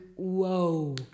Whoa